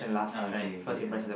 oh okay okay yeah